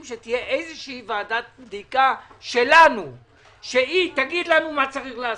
שתהיה איזו ועדת בדיקה שלנו שתגיד לנו מה צריך לעשות,